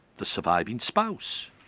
the surviving spouse,